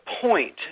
point